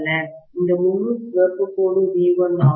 இந்த முழு சிவப்பு கோடு V1 ஆகும்